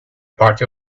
party